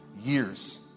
years